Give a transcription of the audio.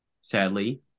sadly